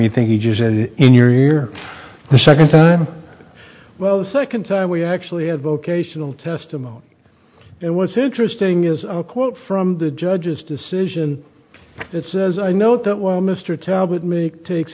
any in your ear the second time well the second time we actually had vocational testimony and what's interesting is a quote from the judge's decision that says i note that while mr talbot make takes